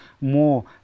more